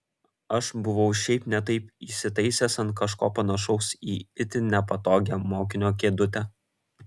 aš buvau šiaip ne taip įsitaisęs ant kažko panašaus į itin nepatogią mokinio kėdutę